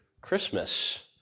Christmas